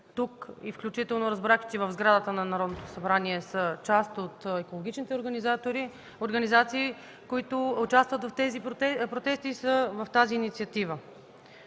Включително разбрах, че в сградата на Народното събрание са и част от екологичните организации, които участват в тези протести и са в тази инициатива.